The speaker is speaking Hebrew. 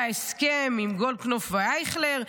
וההסכם עם גולדקנופ ואייכלר,